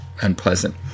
unpleasant